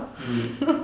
mm